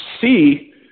see